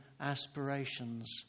aspirations